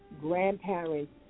grandparents